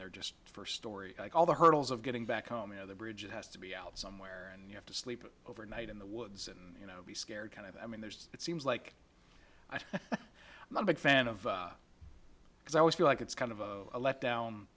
there just for story like all the hurdles of getting back home you know the bridge it has to be out somewhere and you have to sleep overnight in the woods and you know be scared kind of i mean there's it seems like i say i'm a big fan of because i always feel like it's kind of a let down